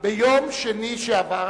ביום שני שעבר,